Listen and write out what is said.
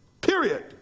Period